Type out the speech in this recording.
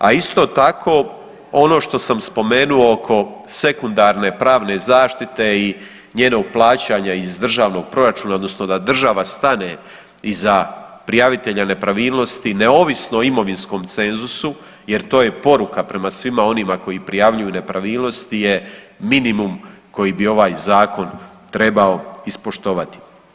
A isto tako ono što sam spomenuo ono oko sekundarne pravne zaštite i njenog plaćanja iz državnog proračuna odnosno da država stane iza prijavitelja nepravilnosti neovisno o imovinskom cenzusu jer to je poruka prema svima onima koji prijavljuju nepravilnosti je minimum koji bi ovaj zakon trebao ispoštovati.